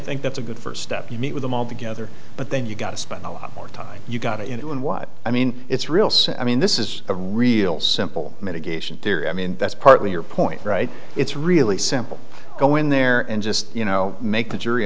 think that's a good first step you meet with them all together but then you got to spend a lot more time you got into in what i mean it's real so i mean this is a real simple mitigation theory i mean that's partly your point right it's really simple go in there and just you know make the jury